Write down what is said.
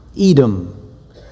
Edom